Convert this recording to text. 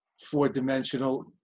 four-dimensional